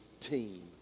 team